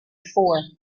four